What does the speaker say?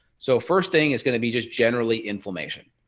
so first thing is going to be just generally inflammation.